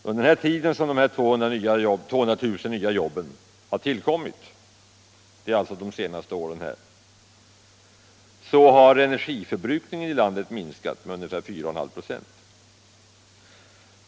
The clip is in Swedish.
Under den tid som dessa 200 000 nya jobb har tillkommit — alltså under de senaste åren — har energiförbrukningen i landet minskat med ungefär 4 1/2 96.